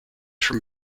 from